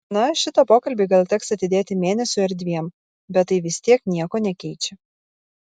na šitą pokalbį gal teks atidėti mėnesiui ar dviem bet tai vis tiek nieko nekeičia